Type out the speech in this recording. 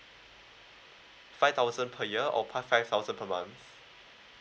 five thousand per year or past five thousand per month